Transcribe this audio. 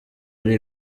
ari